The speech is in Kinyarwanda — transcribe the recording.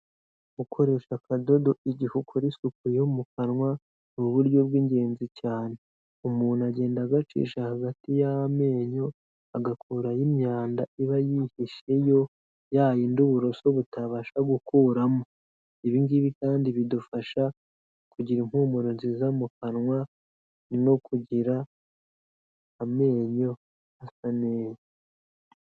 Gukoresha akadodo igihe ukora isuku yo mu kanwa ni uburyo bw'ingenzi cyane, umuntu agenda agacisha hagati y'amenyo agakuraraho imyanda iba yihisheyo ya yindi uburoso butabasha gukuramo, ibi ngibi kandi bidufasha kugira impumuro nziza mu kanwa no kugira amenyo asa neza.